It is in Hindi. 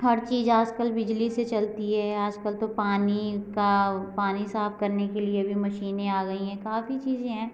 हर चीज आजकल बिजली से चलती है आजकल तो पानी का पानी साफ करने के लिए भी मशीनें आ गईं हैं काफी चीजें हैं